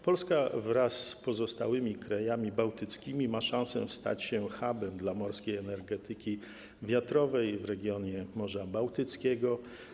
Polska wraz z pozostałymi krajami bałtyckimi ma szanse stać się hubem dla morskiej energetyki wiatrowej w regionie Morza Bałtyckiego.